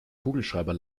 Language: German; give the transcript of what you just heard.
kugelschreiber